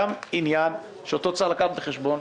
יש כאן גם עניין שאותו צריך לקחת בחשבון,